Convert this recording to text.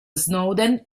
snowden